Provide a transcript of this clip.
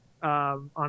On